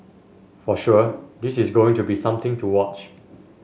for sure this is going to be something to watch